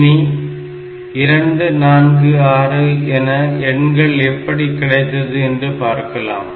இனி 2 4 6 என எண்கள் எப்படி கிடைத்தது என்று பார்க்கலாம்